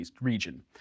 region